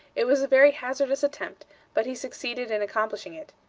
it was a very hazardous attempt but he succeeded in accomplishing it.